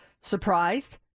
surprised